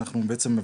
אנחנו בעצם,